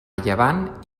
llevant